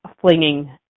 flinging